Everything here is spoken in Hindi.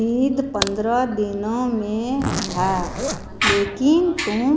ईद पंद्रह दिनों में है लेकिन तुम